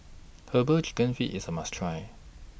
Herbal Chicken Feet IS A must Try